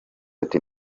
ati